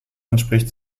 entspricht